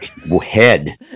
Head